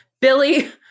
Billy